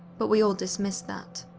but we all dismissed that,